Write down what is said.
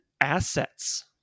assets